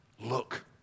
Look